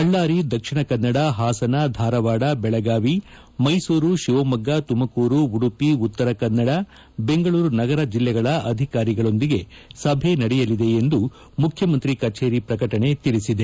ಬಳ್ದಾರಿ ದಕ್ಷಿಣ ಕನ್ನಡ ಹಾಸನ ಧಾರವಾಡ ಬೆಳಗಾವಿ ಮ್ನೆಸೂರು ಶಿವಮೊಗ್ಗ ತುಮಕೂರು ಉಡುಪಿ ಉತ್ತರ ಕನ್ನಡ ಬೆಂಗಳೂರು ನಗರ ಜಿಲ್ಲೆಗಳ ಅಧಿಕಾರಿಗಳೊಂದಿಗೆ ಸಭೆ ನಡೆಯಲಿದೆ ಎಂದು ಮುಖ್ಯಮಂತ್ರಿ ಕಚೇರಿ ಪ್ರಕಟಣೆ ತಿಳಿಸಿದೆ